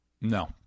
No